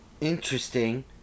interesting